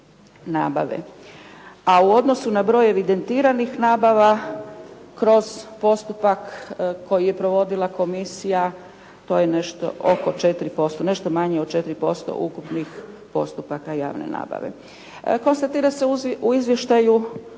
nabave. A u odnosu na broj evidentiranih nabava kroz postupak koji je provodila komisija to je oko 4%, nešto manje od 4% ukupnih postupaka javne nabave. Konstatira se u izvještaju